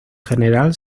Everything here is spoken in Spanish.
general